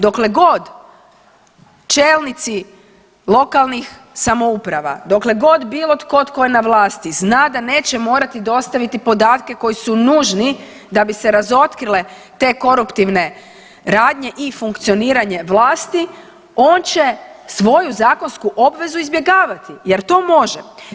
Dokle god čelnici lokalnih samouprava, dokle god bilo tko tko je na vlasti zna da neće morati dostaviti podatke koji su nužni da bi se razotkrile te koruptivne radnje i funkcioniranje vlasti on će svoju zakonsku obvezu izbjegavati jer to može.